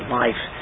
life